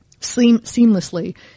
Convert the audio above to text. seamlessly